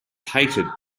hated